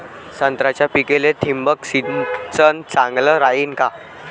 संत्र्याच्या पिकाले थिंबक सिंचन चांगलं रायीन का?